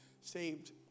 saved